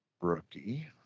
rookie